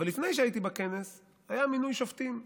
אבל לפני שהייתי בכנס היה מינוי שופטים,